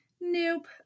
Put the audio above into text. nope